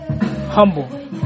humble